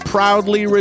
Proudly